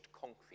concrete